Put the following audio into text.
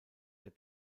der